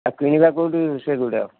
ଆଉ କିଣିବା କେଉଁଠି ସେଗୁଡ଼ା